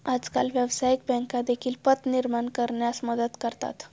आजकाल व्यवसायिक बँका देखील पत निर्माण करण्यास मदत करतात